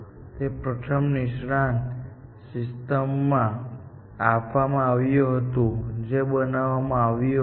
તે પ્રથમ નિષ્ણાત સિસ્ટમમાં આપવામાં આવ્યું હતું જે બનાવવામાં આવ્યું હતું